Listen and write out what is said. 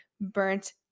burnt